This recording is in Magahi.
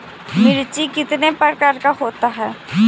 मिर्ची कितने प्रकार का होता है?